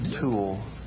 tool